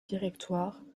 directoire